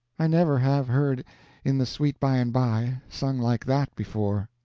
i never have heard in the sweet by-and-by sung like that before!